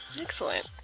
excellent